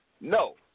no